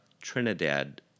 Trinidad